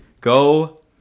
Go